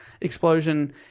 explosion